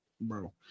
Bro